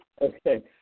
Okay